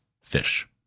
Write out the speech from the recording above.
fish